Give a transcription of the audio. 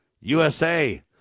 USA